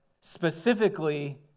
specifically